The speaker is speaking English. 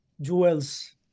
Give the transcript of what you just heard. jewels